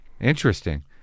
Interesting